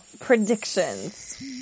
predictions